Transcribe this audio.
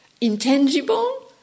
intangible